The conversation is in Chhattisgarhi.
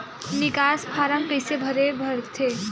निकास फारम कइसे भरथे?